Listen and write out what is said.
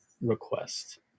request